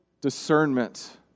discernment